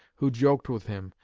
who joked with him,